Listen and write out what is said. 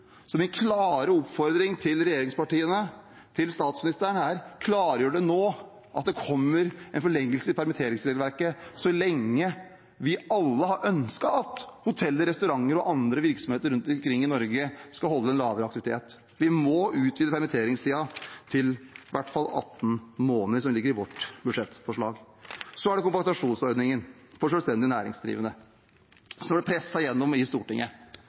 Min klare oppfordring til regjeringspartiene og statsministeren er: Klargjør nå at det kommer en forlengelse i permitteringsregelverket, så lenge vi alle har ønsket at hoteller, restauranter og andre virksomheter rundt omkring i Norge skal holde lavere aktivitet. Vi må utvide permitteringstiden til i hvert fall 18 måneder, som ligger i vårt budsjettforslag. Så er det kompensasjonsordningen for selvstendig næringsdrivende, som har blitt presset igjennom i Stortinget: